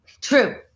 True